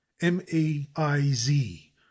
M-A-I-Z